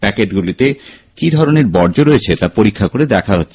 প্যাকেটগুলিতে কি ধরণের বর্জ্য রয়েছে তা পরীক্ষা করে দেখা হচ্ছে